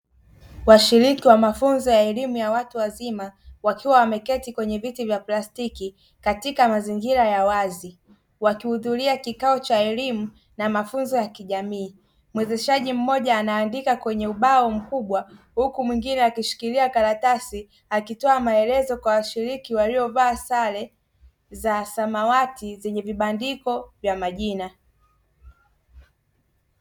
Washiriki wa mafunzo ya elimu ya watu wazima, wakiwa wameketi kwenye viti vya plastiki katika mazingira ya wazi. Wakihudhuria kikao cha elimu na mafunzo ya kijamii. Muwezeshaji mmoja anaandika kwenye ubao mkubwa, huku mwengine akishikilia karatasi akitoa maelezo kwa washiriki waliovaa sare za samawati zenye vibandiko vya majina.